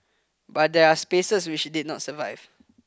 but there are spaces which did not survive